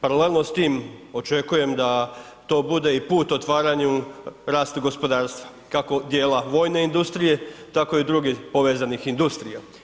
Paralelno s tim očekujem da to bude i put otvaranju rasta gospodarstva, kako dijela vojne industrije tako i drugih povezanih industrija.